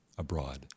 abroad